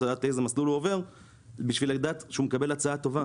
רוצה לדעת איזה מסלול הוא עובר בשביל לדעת שהוא מקבל הצעה טובה,